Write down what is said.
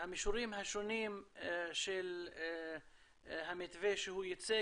המישורים השונים של המתווה שהוא הציג